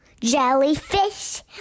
jellyfish